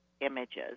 images